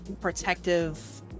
protective